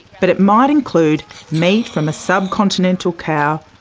but it might include meat from a subcontinental cow,